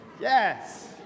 Yes